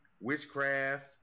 Witchcraft